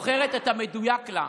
בוחרת את המדויק לה.